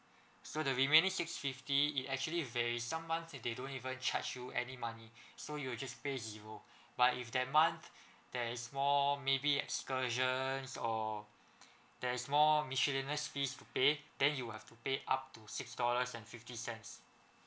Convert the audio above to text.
okay so the remaining six fifty it actually there is some month they don't even charge you any money so you'll just pay zero but if that month there is small maybe excursions or there is more miscellaneous fees to pay then you have to pay up to six dollars and fifty cents